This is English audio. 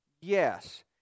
Yes